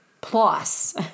Plus